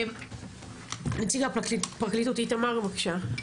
נציג הפרקליטות, איתמר, בבקשה.